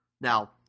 Now